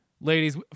Ladies